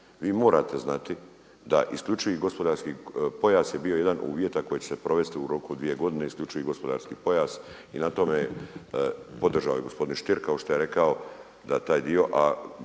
Vi morate znati da isključivi gospodarski pojas je bio jedan od uvjeta koji će se provesti u roku od dvije godine, isključivi gospodarski pojas i na tome podržao je i gospodin Stier kao što je rekao da taj dio,